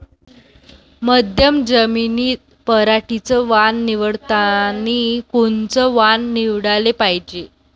मध्यम जमीनीत पराटीचं वान निवडतानी कोनचं वान निवडाले पायजे?